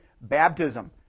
Baptism